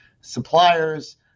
suppliers